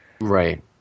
Right